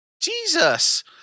Jesus